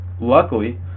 luckily